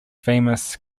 famous